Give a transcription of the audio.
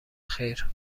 خیر